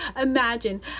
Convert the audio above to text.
imagine